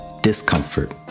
discomfort